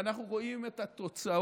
ואנחנו רואים את התוצאות.